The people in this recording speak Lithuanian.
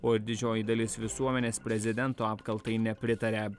o ir didžioji dalis visuomenės prezidento apkaltai nepritaria